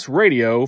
radio